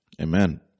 amen